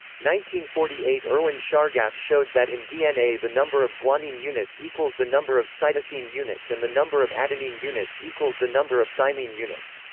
forty eight erwin chargaff showed that in dna the number of guanine units equals the number of cytosine units and the number of adenine units equals the number of thymine units.